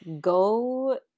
go